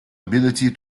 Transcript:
ability